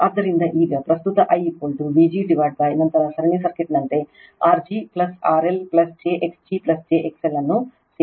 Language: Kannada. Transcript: ಆದ್ದರಿಂದ ಈಗ ಪ್ರಸ್ತುತ I Vg ನಂತರ ಸರಣಿ ಸರ್ಕ್ಯೂಟ್ನಂತೆ R g RL j x g j XL ಅನ್ನು ಸೇರಿಸಿ